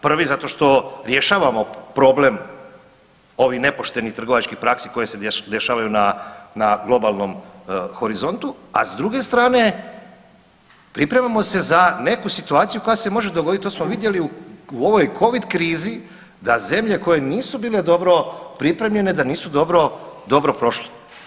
Prvi zato što rješavamo problem ovih nepoštenih trgovačkih praksi koje se dešavaju na globalnom horizontu, a s druge strane pripremamo se za neku situaciju koja se može dogoditi to smo vidjeli u ovoj covid krizi, da zemlje koje nisu bile dobro pripremljene da nisu dobro prošle.